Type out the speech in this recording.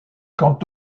quant